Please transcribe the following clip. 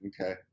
okay